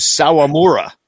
Sawamura